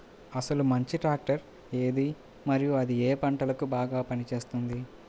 అసలు మంచి ట్రాక్టర్ ఏది మరియు అది ఏ ఏ పంటలకు బాగా పని చేస్తుంది?